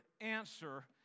answer